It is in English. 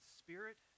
spirit